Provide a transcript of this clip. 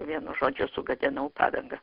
vienu žodžiu sugadinau padangą